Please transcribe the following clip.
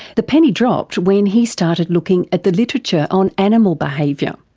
the penny dropped when he started looking at the literature on animal behaviour,